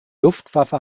luftwaffe